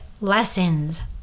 lessons